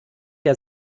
der